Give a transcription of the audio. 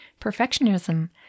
Perfectionism